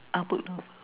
ah put of